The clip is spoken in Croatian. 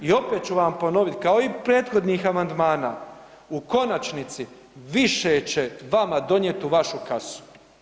I opet ću vam ponoviti kao i prethodnih amandmana u konačnici više će vama donijeti u vašu kasu.